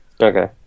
Okay